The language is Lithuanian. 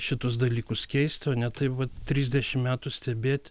šitus dalykus keist o ne taip vat trisdešim metų stebėt